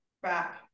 back